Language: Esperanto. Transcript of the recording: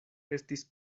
estis